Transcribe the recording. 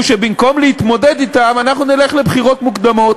שבמקום להתמודד אתם אנחנו נלך לבחירות מוקדמות.